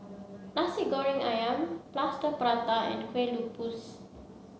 Nasi Goreng Ayam Plaster Prata and Kue Lupis